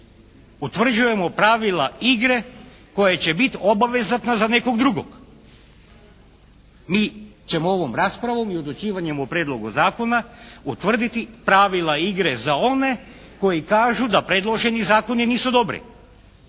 utvrđujemo pravila igre koja će biti obavezatna za nekog drugog. Mi ćemo ovom raspravom i odlučivanjem o prijedlogu zakona utvrditi pravila igre za one koji kažu da predloženi zakoni nisu dobri